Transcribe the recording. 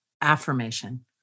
affirmation